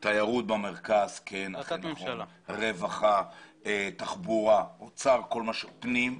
תיירות, רווחה, תחבורה, אוצר, פנים.